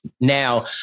Now